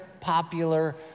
popular